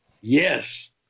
Yes